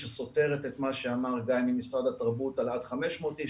שסותרת את מה שאמר גיא ממשרד התרבות על עד 500 איש.